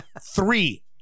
three